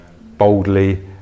boldly